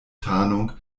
tarnung